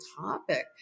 topic